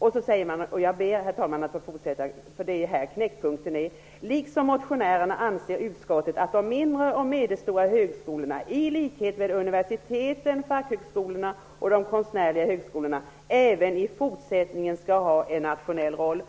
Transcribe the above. Vidare säger man -- och jag ber, herr talman, att få fortsätta för det är här knäckpunkten är: ''Liksom motionärerna anser utskottet att de mindre och medelstora högskolorna -- i likhet med universiteten, fackhögskolorna och de konstnärliga högskolorna -- även i fortsättningen skall ha en nationell roll.''